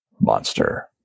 monster